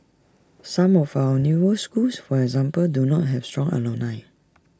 some of our newer schools for example do not have strong alumni